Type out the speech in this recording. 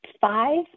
five